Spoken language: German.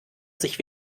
sich